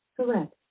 Correct